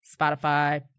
Spotify